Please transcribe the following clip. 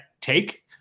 take